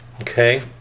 Okay